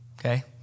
okay